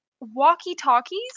walkie-talkies